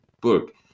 book